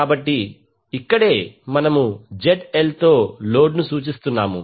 కాబట్టి ఇక్కడే మనము ZL తో లోడ్ను సూచిస్తున్నాము